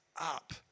up